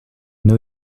new